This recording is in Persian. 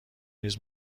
نیز